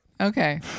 Okay